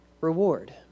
reward